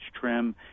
trim